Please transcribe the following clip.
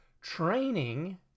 Training